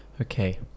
Okay